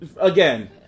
again